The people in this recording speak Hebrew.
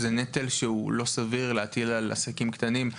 זה נטל שאינו סביר להטיל על עסקים קטנים.